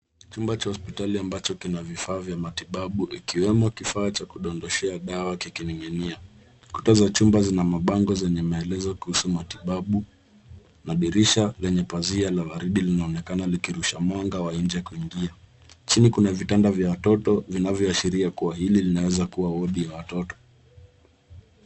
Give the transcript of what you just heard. Chumba cha hospitali ambacho kina vifaa vya matibabu ikiwemo kifaa cha kudodeshea dawa kikining'inia. Kuta za chumba zina mabango zenye maelezo kuhusu matibabu na dirisha lenye pazia la waridi linaonekana likiruhusu mwanga wa nje kuingia. Chini kuna vitanda vya watoto vinavyoashiria kuwa hili llinaweza kuwa wodi ya watoto.